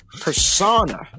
persona